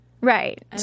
Right